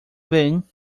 bem